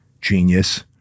genius